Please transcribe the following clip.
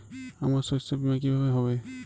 আমার শস্য বীমা কিভাবে হবে?